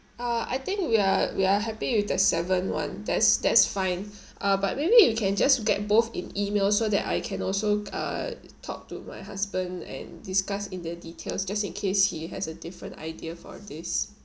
uh I think we are we are happy with the seven one that's that's fine uh but maybe you can just get both in emails so that I can also uh talk to my husband and discuss in the details just in case he has a different idea for this